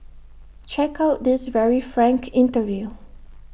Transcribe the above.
check out this very frank interview